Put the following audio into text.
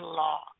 law